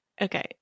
Okay